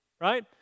right